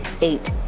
eight